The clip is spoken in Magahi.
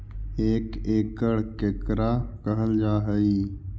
एक एकड़ केकरा कहल जा हइ?